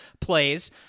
plays